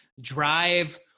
Drive